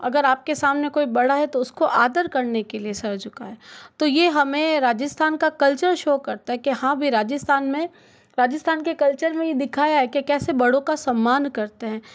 अगर आपके सामने कोई बड़ा है तो उसको आदर करने के लिए सिर झुकाएं तो यह हमें राजस्थान का कल्चर शो करता है हाँ भाई राजस्थान में राजस्थान के कल्चर में यह दिखाया है कैसे बड़ों का सम्मान करते हैं